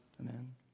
Amen